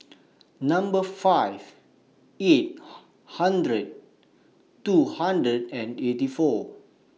Number five eight hundred two hundred and eighty four